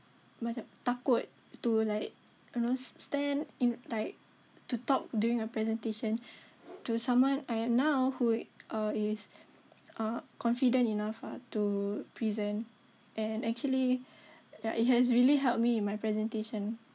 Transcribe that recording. macam takut to like you know stand in like to talk during a presentation to someone I am now who err is uh confident enough ah to present and actually ya it has really helped me in my presentation